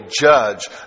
judge